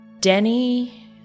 Denny